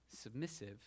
submissive